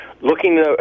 looking